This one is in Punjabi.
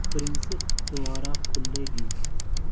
ਪ੍ਰਿੰਸ ਦੁਆਰਾ ਖੁੱਲ੍ਹੇ ਗੀਤ